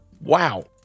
wow